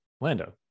Lando